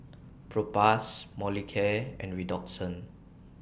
Propass Molicare and Redoxon